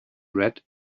read